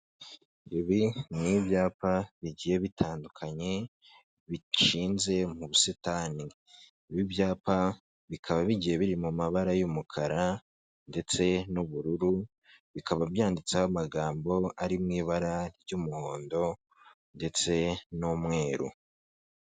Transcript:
Ibi ni ibyapa bigiye bitandukanye bishinze mu busitani, ibi byapa bikaba bigiye biri mu mabara y'umukara ndetse n'ubururu, bikaba byanditseho amagambo ari mu ibara ry'umuhondo ndetse n'umweru.